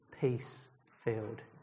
peace-filled